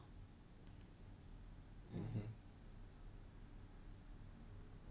mmhmm